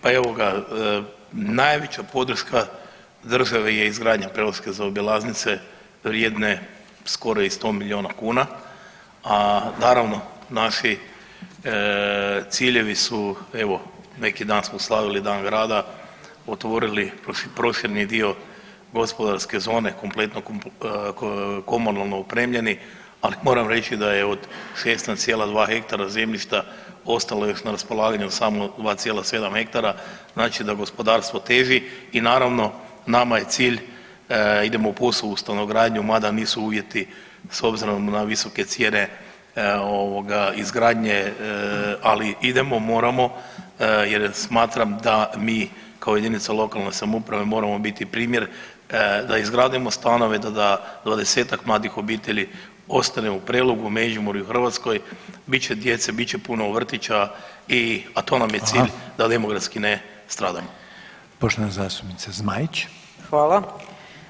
Pa evo ga, najveća podrška države je izgradnja preloške zaobilaznice vrijedne skoro i 100 milijuna, a naravno naši ciljevi su, evo neki dan smo slavili Dan grada, otvorili prošireni dio gospodarske zone kompletno komunalno opremljeni, ali moram reći da je od 16,2 hektara zemljišta ostalo još na raspolaganju samo 2,7 hektara, znači da gospodarstvo teži i naravno nama je cilj, idemo u POS-ovu stanogradnju mada nisu uvjeti s obzirom na visoke cijene ovoga izgradnje, ali idemo, moramo jer smatram da mi kao JLS moramo biti primjer da izgradimo stanove da 20-tak mladih obitelji ostane u Prelogu, u Međimurju, u Hrvatskoj, bit će djece, bit će puno vrtića i, a to nam je cilj da demografski ne stradamo.